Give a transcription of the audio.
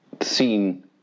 seen